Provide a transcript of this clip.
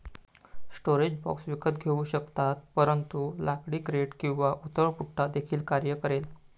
storage box विकत घेऊ शकतात परंतु लाकडी क्रेट किंवा उथळ पुठ्ठा देखील कार्य करेल